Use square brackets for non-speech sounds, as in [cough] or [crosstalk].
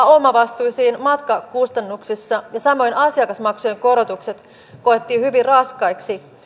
[unintelligible] omavastuisiin matkakustannuksissa ja samoin asiakasmaksujen korotukset koettiin hyvin raskaiksi